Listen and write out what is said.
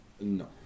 No